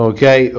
Okay